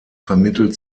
vermittelt